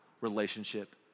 relationship